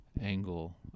angle